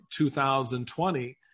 2020